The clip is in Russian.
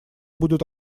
будут